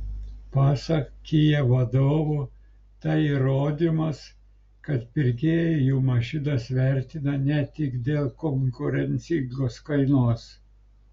pasak kia vadovų tai įrodymas kad pirkėjai jų mašinas vertina ne tik dėl konkurencingos kainos